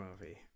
movie